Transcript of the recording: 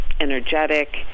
energetic